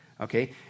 okay